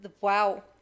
wow